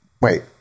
wait